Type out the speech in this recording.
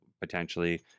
potentially